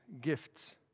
gifts